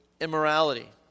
immorality